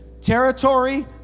Territory